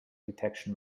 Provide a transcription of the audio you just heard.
detection